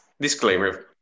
Disclaimer